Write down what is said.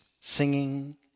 singing